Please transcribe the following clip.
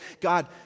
God